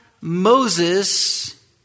Moses